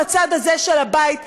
בצד הזה של הבית,